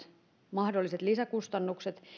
mahdolliset lisäkustannukset